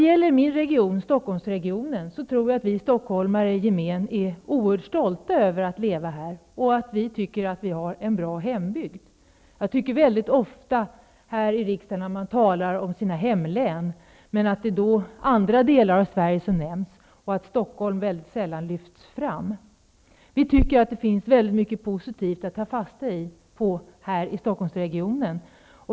Herr talman! Jag tror att vi stockholmare i gemen är oerhört stolta över att leva i Stockholmsregionen. Vi tycker att vi har en bra hembygd. Ofta talar man här i riksdagen om sina hemlän, men då är det andra delar av Sverige som nämns. Stockholm lyfts sällan fram. Det finns mycket positivt att ta fasta på i Stockholmsregionen.